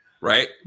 right